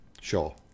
Sure